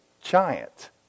giant